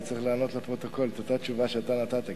אני צריך לענות לפרוטוקול את אותה תשובה שאתה נתת כבר.